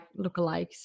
lookalikes